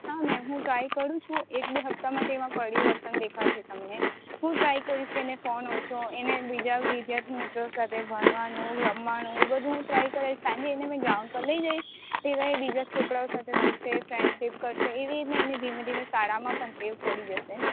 હા મેમ હુ ટ્રાય કરું છું એક બે હપ્તામાં તેમા પરિવર્તન દેખાશે તમને હું ટ્રાય કરીશ તેને ફોન ઓછો એને બીજા વિદ્યાર્થી મિત્રો સાથે ભણવાનું રમવાનું એ બધું હું ટ્રાય કરાવીશ સાંજે એને મી ગ્રાઉંડ પર લઈ જઈશ તે બીજા છોકરાઓ સાથે રમશે ફ્રેન્ડશિપ કરશે એવી એના ધીમે ધીમે શાળામાં પણ ટેવ પડી જશે